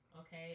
okay